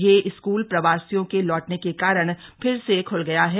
यह स्कूल प्रवासियों के लौटने के कारण फिर से ख्ल गया है